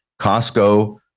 Costco